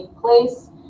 place